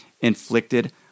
inflicted